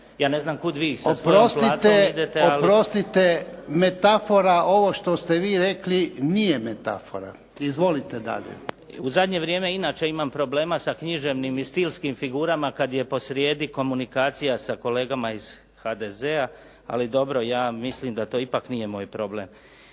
Ja ne znam kud vi sa svojom plaćom idete. **Jarnjak, Ivan (HDZ)** Oprostite, metafora, ovo što ste vi rekli nije metafora. Izvolite dalje. **Beus Richembergh, Goran (HNS)** U zadnje vrijeme inače imam problema sa književnim i stilskim figurama kad je posrijedi komunikacija sa kolegama iz HDZ-a, ali dobro, ja mislim da to ipak nije moj problem.